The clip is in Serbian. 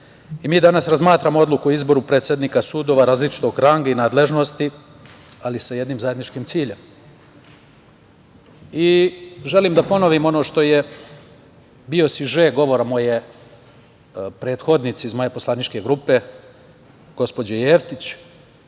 danas razmatramo odluku o izboru predsednika sudova različitog ranga i nadležnosti, ali sa jednim zajedničkim ciljem. Želim da ponovim ono što je bio siže govora moje prethodnice iz moje poslaničke grupe, gospođe Jefić,